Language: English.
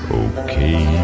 okay